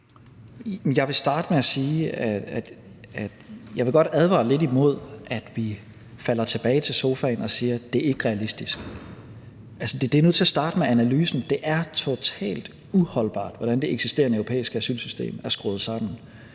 Jeg vil starte med at sige, at jeg godt vil advare lidt imod, at vi falder tilbage til sofaen og siger, at det ikke er realistisk. Altså, det er nødt til at starte med analysen: Det er totalt uholdbart, hvordan det eksisterende europæiske asylsystem er skruet sammen.